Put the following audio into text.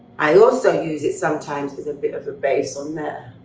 i also use it sometimes as a bit of a base on there,